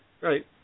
Right